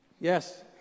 Yes